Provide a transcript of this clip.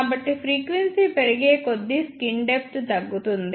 కాబట్టి ఫ్రీక్వెన్సీ పెరిగేకొద్దీ skin depth తగ్గుతుంది